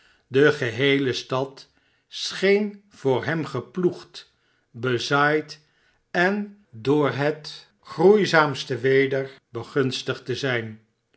de geheele stad scheen voor hemgeploegd bezaaid en door het groeizaamste weder begunstigd te zijn